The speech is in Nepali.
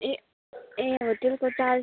ए ए होटेलको चार्ज